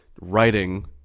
writing